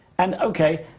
and ok.